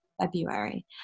February